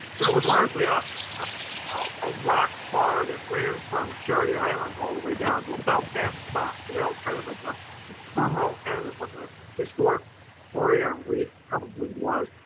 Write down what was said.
but was largely ah ah a rock bar that ran from charity islands all the way down to about that spot. so that was kind of at the the terminal end of what the historic coreyon reef probably was.